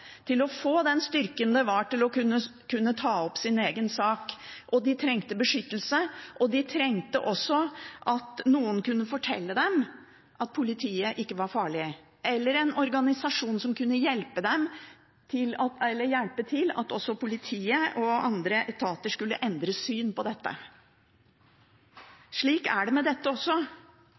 til å bygge seg opp og til å få den styrken de trengte for å kunne ta opp sin egen sak. De trengte beskyttelse, og de trengte at noen kunne fortelle dem at politiet ikke var farlig, og de trengte en organisasjon som kunne hjelpe til med å få politiet og andre etater til å endre syn på dette. Slik er det med dette også.